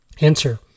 Answer